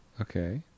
Okay